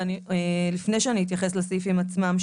לפני שאני אתייחס לסעיפים עצמם,